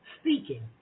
speaking